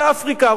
באפריקה.